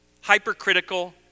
hypercritical